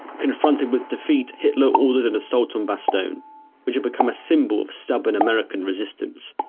confronted with defeat hitler ordered an assault on bastogne which had become a symbol of stubborn american resistance.